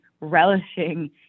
relishing